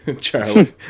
Charlie